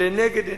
לנגד עיניהם,